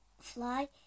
fly